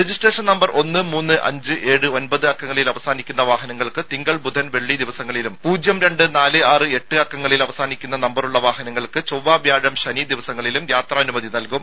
registration number ഒന്ന് മൂന്ന് അഞ്ച് ഏഴ് ഒമ്പത് അക്കങ്ങളിൽ അവസാനിക്കുന്ന വാഹനങ്ങൾക്ക് തിങ്കൾ ബുധൻ വെള്ളി ദിവസങ്ങളിലും പൂജ്യം രണ്ട് നാല് ആറ് എട്ട് അക്കങ്ങളിൽ അവസാനിക്കുന്ന നമ്പറുള്ള വാഹനങ്ങൾക്ക് ചൊവ്വ വ്യാഴം ശനി ദിവസങ്ങളിലും യാത്രാ അനുമതി നൽകും